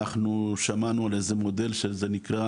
אנחנו שמענו על איזה מודל שזה נקרא,